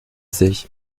sich